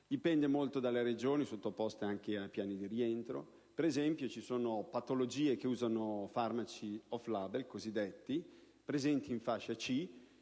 dipende molto dalle Regioni, sottoposte anche a piani di rientro. Per esempio, ci sono patologie che usano farmaci cosiddetti *off label*, presenti in fascia C,